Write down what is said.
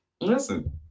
Listen